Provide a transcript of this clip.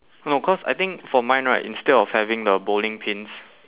no cause I think for mine right instead of having the bowling pins